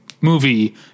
movie